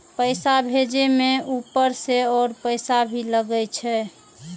पैसा भेजे में ऊपर से और पैसा भी लगे छै?